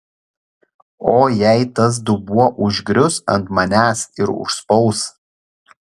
o jei tas dubuo užgrius ant manęs ir užspaus